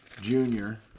Junior